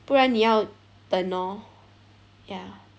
不然你要等 orh ya